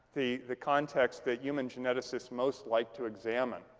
the the context that human geneticists most like to examine.